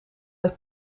uit